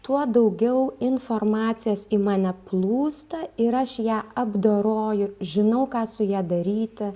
tuo daugiau informacijos į mane plūsta ir aš ją apdoroju žinau ką su ja daryti